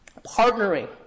partnering